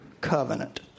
covenant